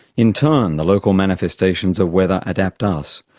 in turn, the local manifestations of weather adapt us,